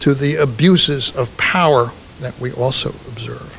to the abuses of power that we also observe